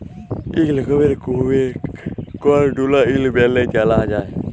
ইক রকমের কুমহির করকোডাইল ব্যলে জালা যায়